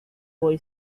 boy